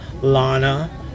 Lana